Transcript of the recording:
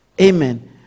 Amen